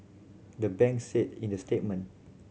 the banks said in the statement